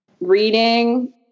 reading